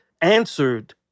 answered